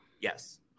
Yes